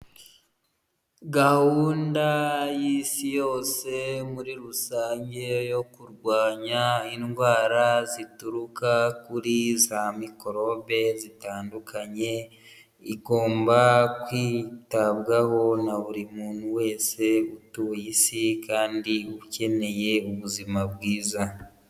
Gahunda y'isi yose muri rusange yo kurwanya indwara zituruka kuri za mikorobe zitandukanye, igomba kwitabwaho na buri muntu wese utuye isi kandi ukeneye ubuzima bwiza.